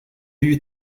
you